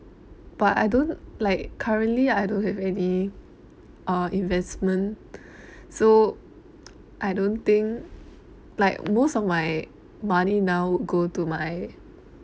but I don't like currently I don't have any uh investment so I don't think like most of my money now go to my